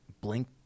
blink